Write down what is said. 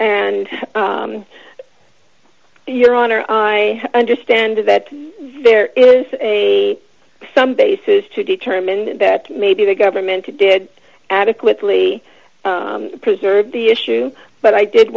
and your honor i understand that there is a some basis to determine that maybe the government did adequately preserve the issue but i did